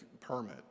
permit